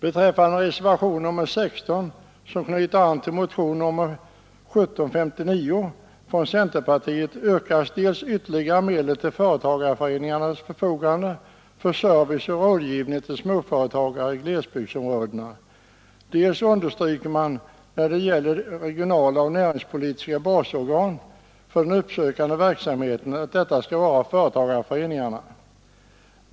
Beträffande reservation nr 16, som knyter an till motionen nr 1759 från centerpartiet, yrkas ytterligare medel till företagarföreningarnas förfogande för service och rådgivning till småföretagare i glesbygdsområdena. Man understryker att företagarföreningarna skall vara basorgan för den uppsökande verksamheten när det gäller regionaloch näringspolitiken.